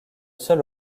seul